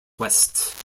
west